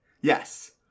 Yes